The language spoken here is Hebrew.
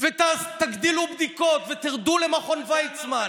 ותגדילו בדיקות ותרדו למכון ויצמן,